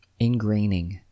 ingraining